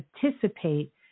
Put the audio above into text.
participate